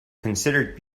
considered